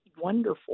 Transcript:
wonderful